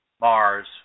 Mars